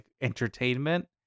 entertainment